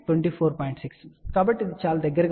6 కాబట్టి ఇది చాలా దగ్గరగా ఉంది